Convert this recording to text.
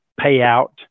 payout